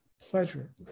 pleasure